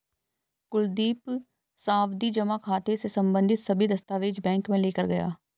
कुलदीप सावधि जमा खाता से संबंधित सभी दस्तावेज बैंक में लेकर गया